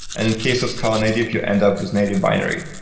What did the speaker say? and in case of scala-native, you end with maybe a binary.